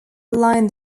line